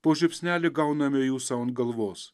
po žiupsnelį gauname jų sau ant galvos